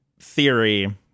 theory